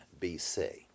BC